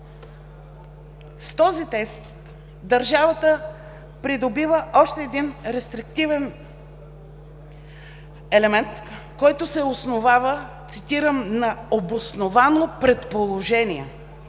С този тест държавата придобива още един рестриктивен елемент, който се основава, цитирам: на „обосновано предположение“.